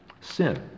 sin